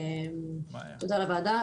תודה לוועדה.